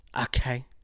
Okay